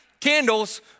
candles